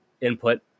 input